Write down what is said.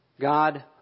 God